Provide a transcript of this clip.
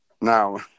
Now